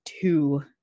two